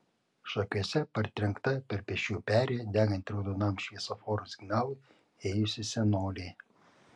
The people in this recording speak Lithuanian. šakiuose partrenkta per pėsčiųjų perėją degant raudonam šviesoforo signalui ėjusi senolė